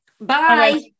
bye